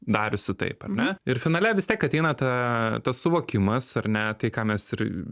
dariusi taip ar ne ir finale vis tiek ateina ta tas suvokimas ar ne tai ką mes ir